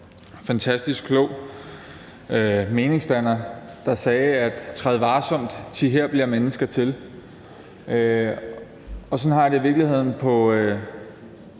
fantastisk klog meningsdanner, der sagde: Træd varsomt, thi her bliver mennesker til. Sådan har jeg det i virkeligheden også